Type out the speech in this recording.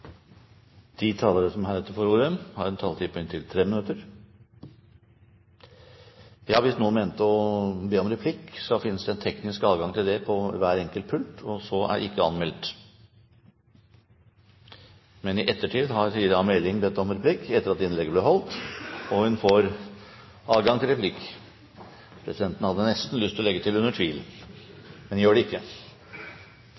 Hvis noen vil be om replikk, finnes det en teknisk adgang til det på hver enkelt pult. Siri A. Meling har bedt om replikk, etter at innlegget til statsråden ble holdt. Hun får adgang til replikk. Presidenten hadde nesten lyst til å legge til: under tvil.